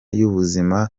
y’ubuzima